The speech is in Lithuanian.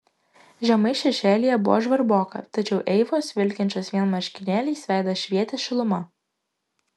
žemai šešėlyje buvo žvarboka tačiau eivos vilkinčios vien marškinėliais veidas švietė šiluma